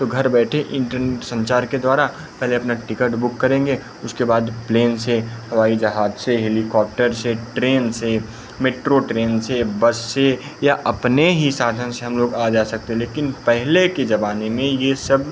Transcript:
तो घर बैठे इन्टरनेट संचार के द्वारा पहले अपना टिकट बुक करेंगे उसके बाद प्लेन से हवाई जहाज़ से हेलिकॉप्टर से ट्रेन से मेट्रो ट्रेन से बस से या अपने ही साधन से हम लोग आ जा सकते लेकिन पहले के ज़माने में यह सब